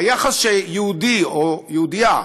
היחס שיהודי או יהודייה,